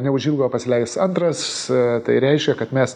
neužilgo pasileis antras tai reiškia kad mes